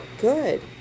Good